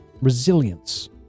Resilience